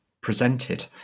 presented